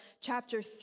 chapter